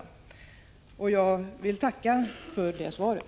Jag tackar för det svaret.